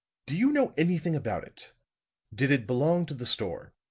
do you know anything about it did it belong to the store?